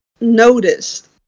noticed